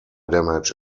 damage